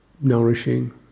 nourishing